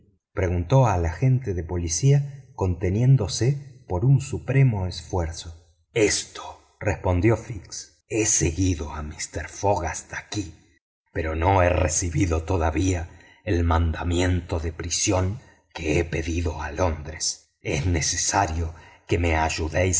preguntó al agente de policía conteniéndose por un supremo esfuerzo esto respondió fix he seguido a mister fogg hasta aquí pero no he recibido todavía el mandamiento de prisión que he pedido a londres es necesario que me ayudéis